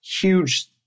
huge